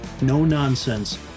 no-nonsense